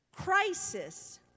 Crisis